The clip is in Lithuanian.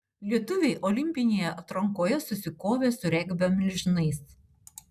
lietuviai olimpinėje atrankoje susikovė su regbio milžinais